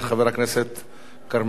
כרמל שאמה-הכהן.